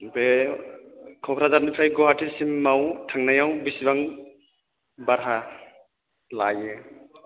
बे क'क्राझारनिफ्राय गुवाहाटिसिमाव थांनायाव बेसेबां भारा लायो